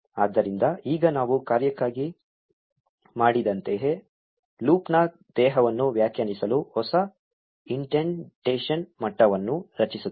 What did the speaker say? ಆದ್ದರಿಂದ ಈಗ ನಾವು ಕಾರ್ಯಕ್ಕಾಗಿ ಮಾಡಿದಂತೆಯೇ ಲೂಪ್ನ ದೇಹವನ್ನು ವ್ಯಾಖ್ಯಾನಿಸಲು ಹೊಸ ಇಂಡೆಂಟೇಶನ್ ಮಟ್ಟವನ್ನು ರಚಿಸುತ್ತೇವೆ